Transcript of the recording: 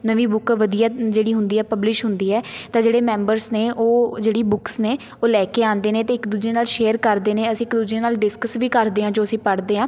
ਨਵੀਂ ਬੁੱਕ ਵਧੀਆ ਜਿਹੜੀ ਹੁੰਦੀ ਆ ਪਬਲਿਸ਼ ਹੁੰਦੀ ਹੈ ਤਾਂ ਜਿਹੜੇ ਮੈਂਬਰਸ ਨੇ ਉਹ ਜਿਹੜੀ ਬੁੱਕਸ ਨੇ ਉਹ ਲੈ ਕੇ ਆਉਂਦੇ ਨੇ ਅਤੇ ਇੱਕ ਦੂਜੇ ਨਾਲ ਸ਼ੇਅਰ ਕਰਦੇ ਨੇ ਅਸੀਂ ਇੱਕ ਦੂਜੇ ਨਾਲ ਡਿਸਕਸ ਵੀ ਕਰਦੇ ਹਾਂ ਜੋ ਅਸੀਂ ਪੜ੍ਹਦੇ ਹਾਂ